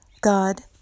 God